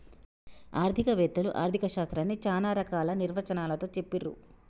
ఆర్థిక వేత్తలు ఆర్ధిక శాస్త్రాన్ని చానా రకాల నిర్వచనాలతో చెప్పిర్రు